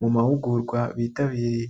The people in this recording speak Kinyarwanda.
mu mahugurwa bitabiriye.